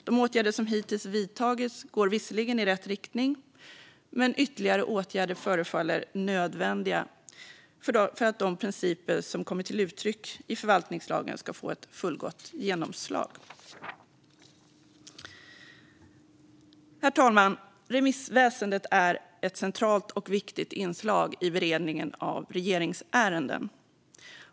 De åtgärder som hittills vidtagits går visserligen i rätt riktning, men ytterligare åtgärder förefaller nödvändiga för att de principer som kommer till uttryck i förvaltningslagen ska få ett fullgott genomslag. Herr talman! Remissväsendet är ett centralt och viktigt inslag i beredningen av regeringsärenden.